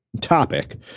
Topic